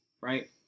right